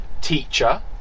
teacher